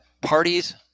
parties